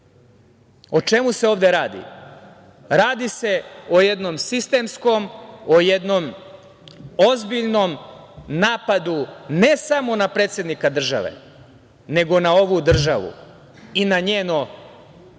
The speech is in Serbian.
čemu se ovde radi? Radi se o jednom sistemskom, o jednom ozbiljnom napadu, ne samo na predsednika države, nego na ovu državu i na pokušaj